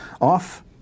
off